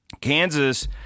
Kansas